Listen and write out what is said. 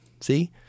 See